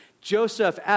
Joseph